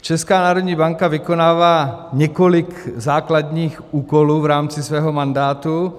Česká národní banka vykonává několik základních úkolů v rámci svého mandátu.